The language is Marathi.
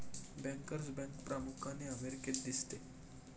बँकर्स बँक प्रामुख्याने अमेरिकेत दिसते